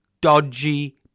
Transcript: Dodgy